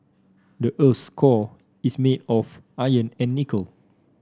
the earth's core is made of iron and nickel